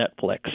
Netflix